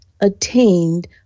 attained